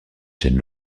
chaîne